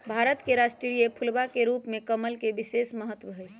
भारत के राष्ट्रीय फूलवा के रूप में कमल के विशेष महत्व हई